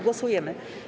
Głosujemy.